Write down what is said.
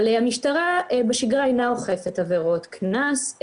אבל המשטרה בשגרה אינה אוכפת עבירות קנס,